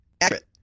accurate